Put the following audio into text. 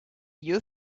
you